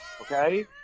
okay